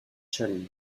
challenge